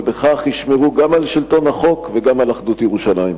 ובכך ישמרו גם על שלטון החוק וגם על אחדות ירושלים.